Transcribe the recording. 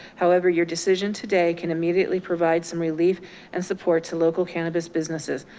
however, your decision today can immediately provide some relief and support to local cannabis businesses.